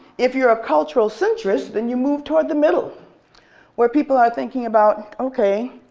if you're a cultural centrist, then you move towards the middle where people are thinking about okay,